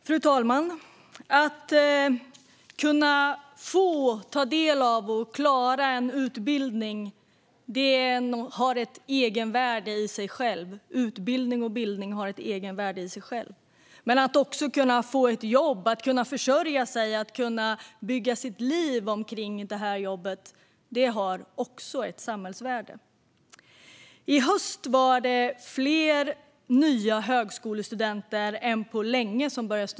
Fru talman! Att få ta del av bildning och klara en utbildning har ett egenvärde. Att få ett jobb, kunna försörja sig och bygga ett liv runt sitt jobb har också ett samhällsvärde. I höst var det fler nya högskolestudenter än på länge.